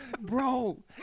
bro